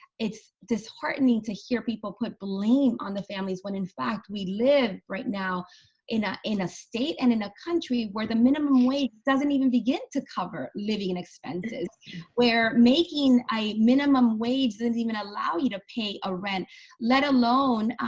it's disheartening to hear people put blame on the families when in fact we live right now in a in a state and in a country where the minimum wage doesn't even begin to cover living expenses where making a minimum wage doesn't even allow you to pay a rent let alone,